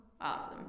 Awesome